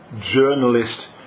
journalist